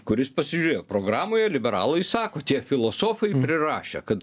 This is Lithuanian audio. kuris pasižiūrėjo programoje liberalai sako tie filosofai prirašė kad